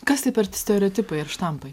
kas tai per stereotipai ir štampai